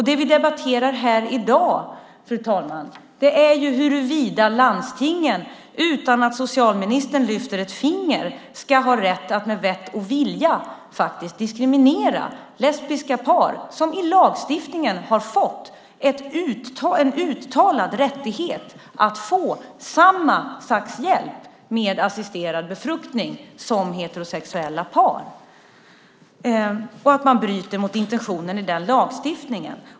Det vi debatterar här i dag, fru talman, är huruvida landstingen, utan att socialministern lyfter ett finger, ska ha rätt att med vett och vilja faktiskt diskriminera lesbiska par som i lagstiftningen har fått en uttalad rättighet att få samma slags hjälp med assisterad befruktning som heterosexuella par och att man bryter mot intentionen i den lagstiftningen.